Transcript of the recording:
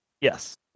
Yes